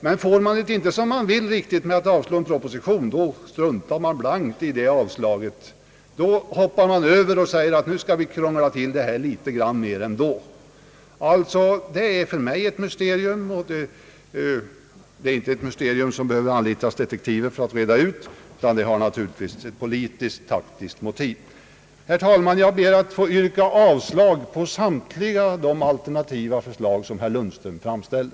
Men får man det inte som man vill med yrkandet om avslag på propositionen, så struntar man blankt i det yrkandet och säger: »Nu skall vi krångla till det här ännu litet mera.» Det är för mig ett mysterium. Det är inte något mysterium som man behöver anlita detektiver för att reda ut, utan det har naturligtvis ett politiskt, taktiskt motiv. Herr talman! Jag ber att få yrka avslag på samtliga de alternativa förslag, som herr Lundström framställde.